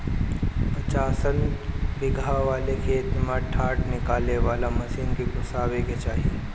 पचासन बिगहा वाले खेत में डाँठ निकाले वाला मशीन के घुसावे के चाही